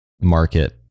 market